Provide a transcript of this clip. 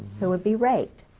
who would be raped.